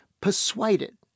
persuaded